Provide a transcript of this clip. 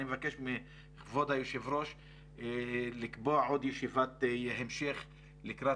אני מבקש מכבוד היושב ראש לקבוע עוד ישיבת המשך לקראת